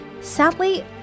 Sadly